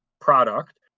product